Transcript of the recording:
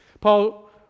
Paul